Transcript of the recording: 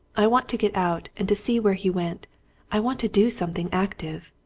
i want to get out, and to see where he went i want to do something active!